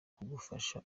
kugufasha